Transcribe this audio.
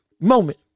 moment